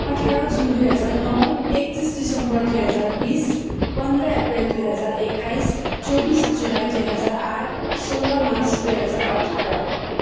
अठार जुन दुई हजार नौ एकतिस डिसेम्बर दुई हजार बिस पन्ध्र एप्रेल दुई हजार एक्काईस चौबिस जुलाई दुई हजार आठ सोह्र मार्च दुई हजार अठार